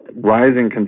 rising